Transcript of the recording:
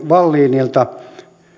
wallinilta